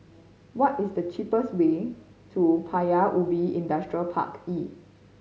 what is the cheapest way to Paya Ubi Industrial Park E